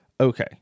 Okay